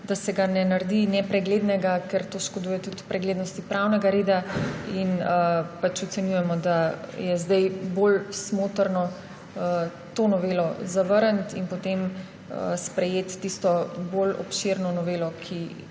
da se ga ne naredi nepreglednega, ker to škoduje tudi preglednosti pravnega reda. Ocenjujemo, da je zdaj bolj smotrno to novelo zavrniti in potem sprejeti tisto bolj obširno novelo, ki